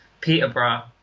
Peterborough